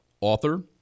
author